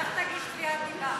לך תגיש תביעת דיבה.